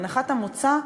הנחת המוצא,